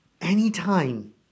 anytime